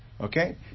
Okay